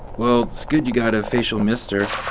well, it's good you got a facial mister.